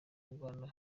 uganda